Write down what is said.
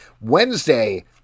Wednesday